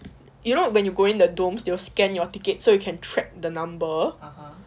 you know when you go in the domes they will scan your tickets so you can track the number